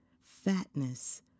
fatness